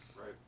Right